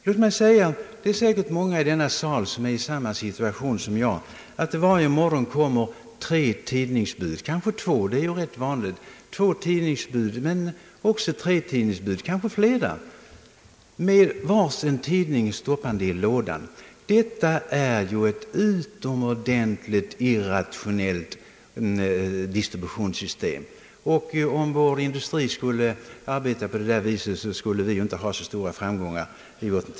Det finns säkert många i denna sal som är i samma situation som jag: varje morgon kommer två, tre eller flera tidningsbud och stoppar var sin tidning i lådan. Detta är ett utomordentligt irrationellt distributionssystem. Om vår industri arbetade på det viset skulle den inte ha så stora framgångar.